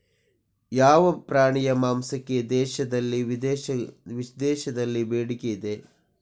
ಯಾವ ಪ್ರಾಣಿಯ ಮಾಂಸಕ್ಕೆ ದೇಶದಲ್ಲಿ ವಿದೇಶದಲ್ಲಿ ಬೇಡಿಕೆ ಇದೆ?